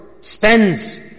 spends